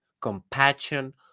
compassion